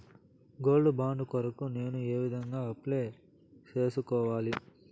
Gold bond కొరకు నేను ఏ విధంగా అప్లై సేసుకోవాలి?